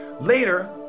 Later